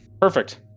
Perfect